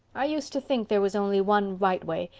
i used to think there was only one right way.